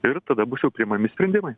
ir tada bus jau priimami sprendimai